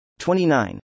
29